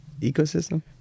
ecosystem